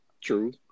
True